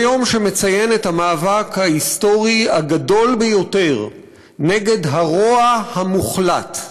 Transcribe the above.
זה יום שמציין את המאבק ההיסטורי הגדול ביותר נגד הרוע המוחלט,